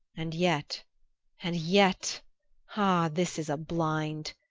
and yet and yet ah, this is a blind,